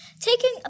taking